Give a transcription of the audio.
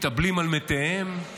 מתאבלים על מתיהם,